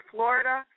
Florida